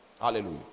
Hallelujah